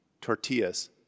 tortillas